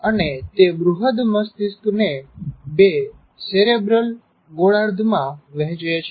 અને તે બૃહદ મસ્તિષ્કને બે સેરેબ્રલ ગોળાર્ધમાં વહેંચે છે